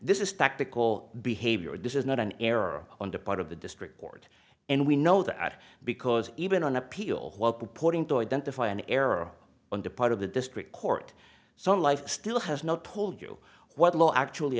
this is tactical behavior this is not an error on the part of the district and we know that because even on appeal while purporting to identify an error on the part of the district court some life still has not told you what the law actually